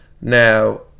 Now